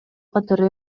катары